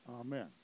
Amen